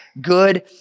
good